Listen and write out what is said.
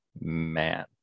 man